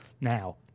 Now